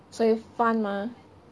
所以 fun mah